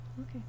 Okay